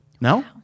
No